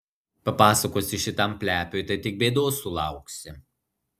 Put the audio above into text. papasakosi šitam plepiui tai tik bėdos sulauksi